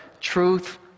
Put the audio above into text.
truth